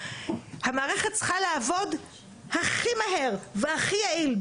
המערכת צריכה לעבוד הכי מהר והכי יעיל,